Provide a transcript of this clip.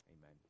Amen